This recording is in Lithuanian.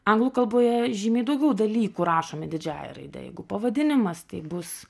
anglų kalboje žymiai daugiau dalykų rašomi didžiąja raide jeigu pavadinimas tai bus